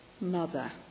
mother